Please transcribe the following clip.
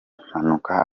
mpanuka